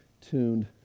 tuned